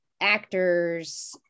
actors